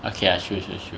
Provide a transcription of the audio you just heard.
okay lah true true true